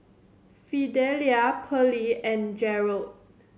Fidelia Perley and Gerold